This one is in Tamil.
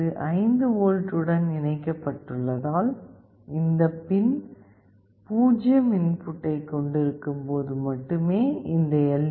இது 5V உடன் இணைக்கப்பட்டுள்ளதால் இந்த பின் 0 இன்புட்டைக் கொண்டிருக்கும் போது மட்டுமே இந்த எல்